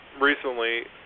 recently